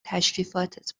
تشریفاتت